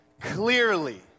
clearly